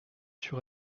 sur